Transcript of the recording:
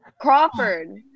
Crawford